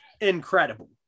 incredible